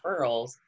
referrals